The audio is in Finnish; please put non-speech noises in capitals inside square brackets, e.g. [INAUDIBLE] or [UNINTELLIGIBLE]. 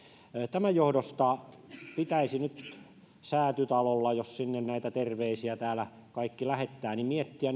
tämän johdosta pitäisi nyt säätytalolla kun sinne näitä terveisiä täällä kaikki lähettävät miettiä [UNINTELLIGIBLE]